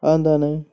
അതെന്താണ്